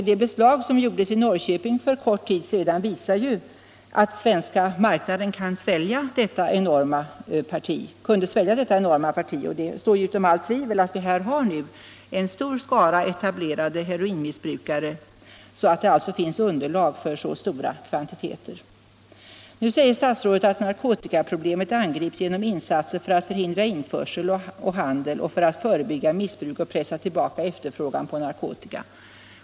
Det beslag som gjordes i Norrköping för kort tid sedan visar att den svenska marknaden kunde svälja detta enorma parti. Det står alltså utom allt tvivel att vi har en så stor skara etablerade heroinmissbrukare att det finns underlag för så stora kvantiteter. Nu säger statsrådet att narkotikaproblemet angrips genom insatser för att förhindra införsel och handel och för att förebygga missbruk och pressa tillbaka efterfrågan på narkotika.